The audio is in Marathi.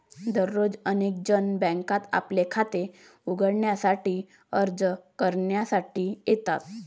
दररोज अनेक जण बँकेत आपले खाते उघडण्यासाठी अर्ज करण्यासाठी येतात